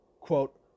Quote